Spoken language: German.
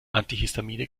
antihistamine